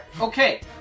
Okay